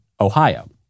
Ohio